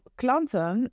klanten